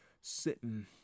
sitting